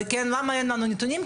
נתונים, ולמה אין להם נתונים?